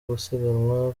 gusiganwa